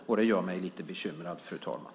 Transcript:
Detta gör mig lite bekymrad, fru talman.